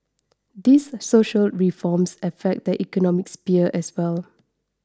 these social reforms affect the economic sphere as well